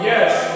Yes